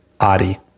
Adi